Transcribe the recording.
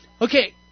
Okay